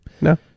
No